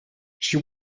she